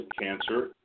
cancer